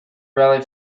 rally